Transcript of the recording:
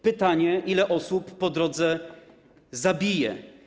Pytanie, ile osób po drodze zabije.